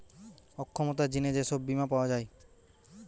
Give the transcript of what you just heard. অক্ষমতার জিনে যে সব বীমা পাওয়া যায়